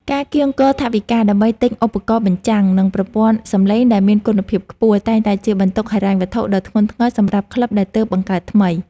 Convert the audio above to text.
ការកៀងគរថវិកាដើម្បីទិញឧបករណ៍បញ្ចាំង និងប្រព័ន្ធសំឡេងដែលមានគុណភាពខ្ពស់ តែងតែជាបន្ទុកហិរញ្ញវត្ថុដ៏ធ្ងន់ធ្ងរសម្រាប់ក្លឹបដែលទើបបង្កើតថ្មី។